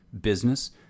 business